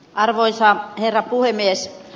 arvoisa herra puhemies